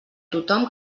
tothom